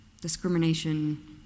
discrimination